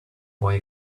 boy